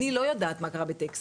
אני לא יודעת מה קרה בטקסס,